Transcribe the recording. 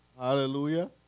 Hallelujah